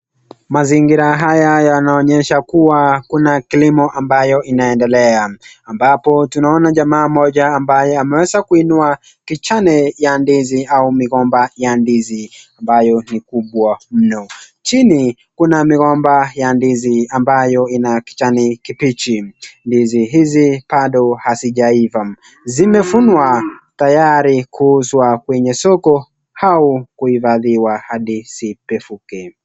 Mazingira haya yanaonyesha kuwa kuna kilimo ambayo inaendelea. Ambapo tunaona jamaa mmoja ambaye ameweza kuinua kichane ya ndizi ama migomba ya ndizi ambayo ni kubwa mno. Chini Kuna migomba ya ndizi ambayo ina kijani kibichi. Ndizi hizi bado hazijaiva. Zimevunwa tayari kuuzwa kwenye soko au kuifadhiwa hadi zipefuke.